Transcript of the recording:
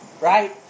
right